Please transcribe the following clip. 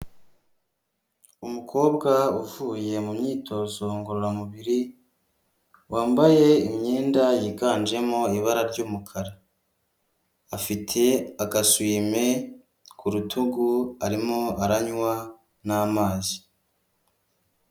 Umukobwa uvuye mu myitozo ngororamubiri, wambaye imyenda yiganjemo ibara ry'umukara, afite agasuwimi ku rutugu arimo aranywa n'amazi.